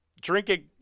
drinking